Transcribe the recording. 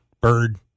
Bird